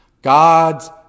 God's